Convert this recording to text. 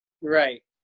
Right